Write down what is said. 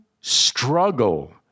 struggle